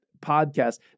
podcast